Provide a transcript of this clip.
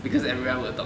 because everyone will talk